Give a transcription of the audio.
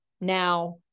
now